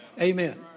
Amen